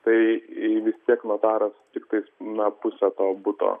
tai vis tiek notaras tiktais na pusę to buto